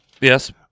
Yes